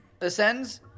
ascends